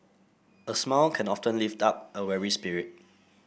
a smile can often lift up a weary spirit